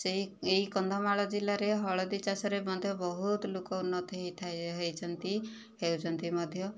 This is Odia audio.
ସେହି ଏହି କନ୍ଧମାଳ ଜିଲ୍ଲାରେ ହଳଦୀ ଚାଷରେ ମଧ୍ୟ ବହୁତ ଲୋକ ଉନ୍ନତି ହୋଇଛନ୍ତି ହେଉଛନ୍ତି ମଧ୍ୟ